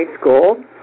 school